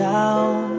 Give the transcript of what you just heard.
down